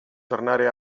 tornare